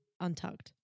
untucked